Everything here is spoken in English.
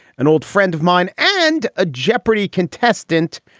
an old friend of mine and a jeopardy! contestant.